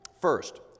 First